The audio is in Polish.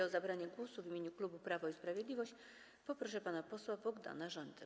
O zabranie głosu w imieniu klubu Prawo i Sprawiedliwość poproszę pana posła Bogdana Rzońcę.